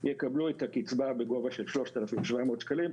יקבלו את הקצבה בגובה של 3,700 שקלים.